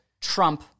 trump